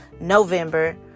November